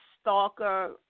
stalker